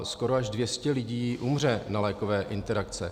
Skoro až 200 lidí umře na lékové interakce.